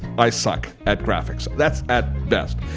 i suck at graphics. that's at best.